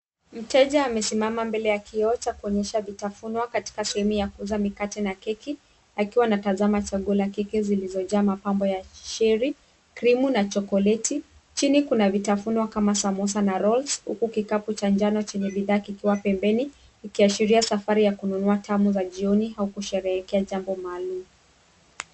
Mteja amesimama mbele ya kioo cha kuonyesha vitafunwa katika sehemu ya kuuza mikate na keki akiwa anatazama chaguo la keki zilizojaa mapambo ya shiri, krimu na chokoleti. Chini kuna vitafunwa kama samosa na rolls huku kikapu cha njano chenye bidhaa kikiwa pembeni ikiashiria safari ya kununua tamu za jioni au kusherehekea jambo maalum.